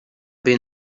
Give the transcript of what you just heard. been